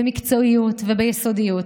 במקצועיות וביסודיות,